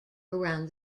around